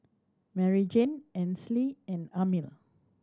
Maryjane Ansley and Amil